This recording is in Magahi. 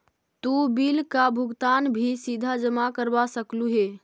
तु बिल का भुगतान भी सीधा जमा करवा सकलु हे